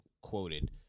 quoted